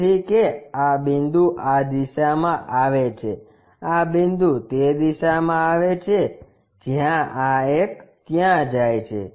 તેથી કે આ બિંદુ આ દિશામાં આવે છે આ બિંદુ તે દિશામાં આવે છે જ્યાં આ એક ત્યાં જાય છે